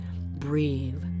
breathe